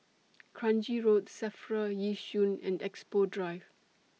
Kranji Road SAFRA Yishun and Expo Drive